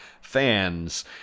fans